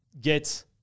get